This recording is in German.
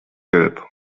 gelb